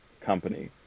company